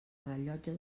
rellotge